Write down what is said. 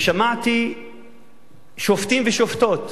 ושמעתי שופטים ושופטות